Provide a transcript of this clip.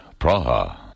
Praha